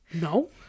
no